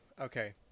okay